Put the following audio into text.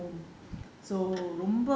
they are all always at home